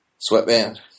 Sweatband